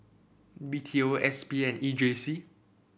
B T O S P and E J C